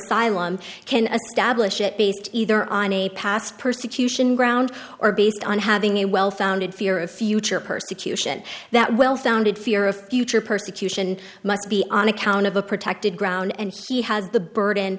asylum can a stablish it based either on a past persecution ground or based on having a well founded fear of future persecution that well founded fear of future persecution must be on account of a protected ground and he has the burden